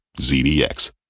ZDX